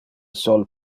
sol